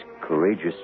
courageous